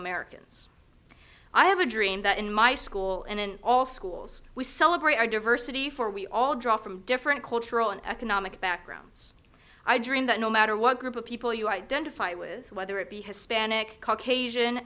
americans i have a dream that in my school and in all schools we celebrate our diversity for we all draw from different cultural and economic backgrounds i dream that no matter what group of people you identify with whether it be hispanic asian